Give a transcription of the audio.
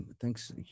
thanks